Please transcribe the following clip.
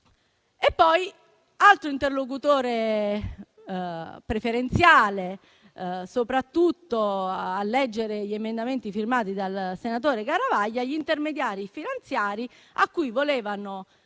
Poi, altro interlocutore preferenziale, soprattutto a leggere gli emendamenti firmati dal senatore Garavaglia, sono gli intermediari finanziari, a cui volevano